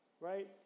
Right